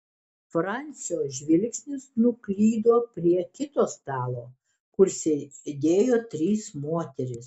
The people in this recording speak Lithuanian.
francio žvilgsnis nuklydo prie kito stalo kur sėdėjo trys moterys